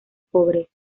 pobres